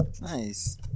nice